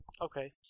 Okay